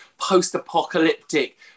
post-apocalyptic